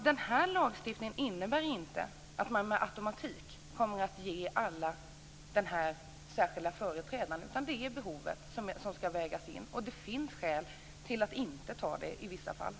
Den här lagstiftningen innebär inte att man med automatik kommer att utse en särskild företrädare vid samtliga fall, utan det är behovet som ska vägas in, och i vissa fall finns det skäl att inte utse någon särskild företrädare.